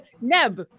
neb